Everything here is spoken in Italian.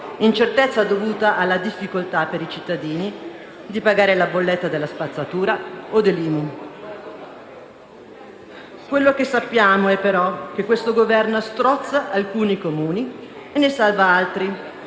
incertezza dovuta alla difficoltà per i cittadini di pagare la bolletta della spazzatura o l'IMU. Quello che sappiamo è, però, che questo Governo strozza alcuni Comuni e ne salva altri,